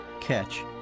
Catch